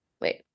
Wait